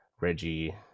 reggie